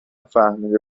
فهمیده